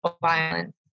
violence